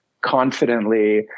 confidently